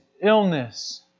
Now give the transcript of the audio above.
illness